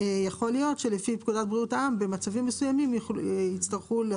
ויכול להיות שבמצבים מסוימים יצטרכו לפי פקודת בריאות העם גם